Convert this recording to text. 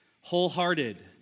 Wholehearted